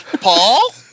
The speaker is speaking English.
Paul